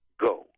go